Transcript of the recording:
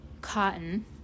Cotton